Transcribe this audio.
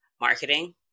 marketing